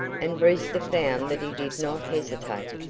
and brewster found that he did not hesitate.